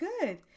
good